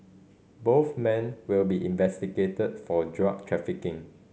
both men will be investigated for drug trafficking